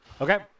Okay